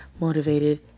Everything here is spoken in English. motivated